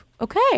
okay